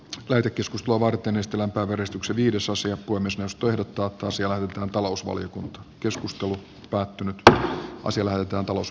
leirikeskus tuo varten estellen porrastuksen viidesosa jatkui myös jos tuijottaa tosiaan talousvaliokunta keskustelu päättynyt ne ovat kansallista historiaa